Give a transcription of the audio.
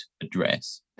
address